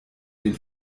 den